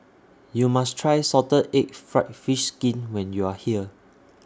YOU must Try Salted Egg Fried Fish Skin when YOU Are here